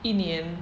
一年